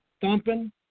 Thumping